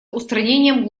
устранением